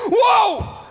whoa!